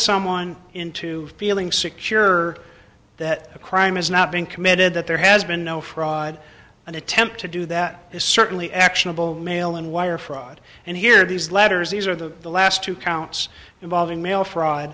someone into feeling secure that a crime has not been committed that there has been no fraud an attempt to do that is certainly actionable mail and wire fraud and here it is letters these are the the last two counts involving mail fraud